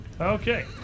Okay